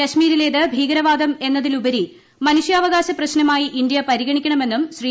കശ്മീരിലേത് ഭീകരവാദം എന്നതിലുപരി മനുഷ്യാവകാശ പ്രശ്നമായി ഇന്ത്യ പരിഗണിക്കണമെന്നും ശ്രീ